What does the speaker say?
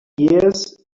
years